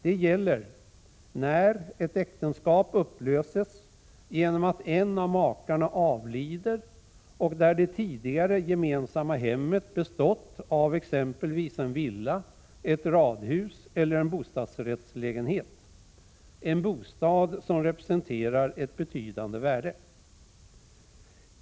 Det gäller när ett äktenskap upplöses genom att en av makarna avlider och där det tidigare gemensamma hemmet bestått av exempelvis en villa, ett radhus eller en bostadsrättslägenhet — en bostad som representerar ett betydande värde.